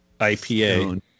IPA